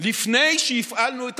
לפני שהפעלנו את